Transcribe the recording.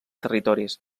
territoris